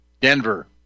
Denver